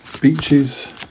Beaches